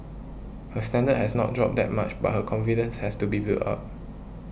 her standard has not dropped that much but her confidence has to be built up